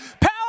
Power